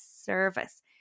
service